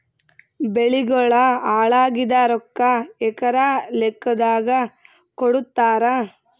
ಬೆಳಿಗೋಳ ಹಾಳಾಗಿದ ರೊಕ್ಕಾ ಎಕರ ಲೆಕ್ಕಾದಾಗ ಕೊಡುತ್ತಾರ?